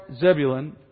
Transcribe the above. Zebulun